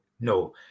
no